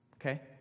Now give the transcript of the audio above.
Okay